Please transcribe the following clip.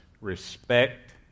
respect